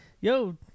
Yo